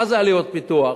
מה זה עלויות פיתוח?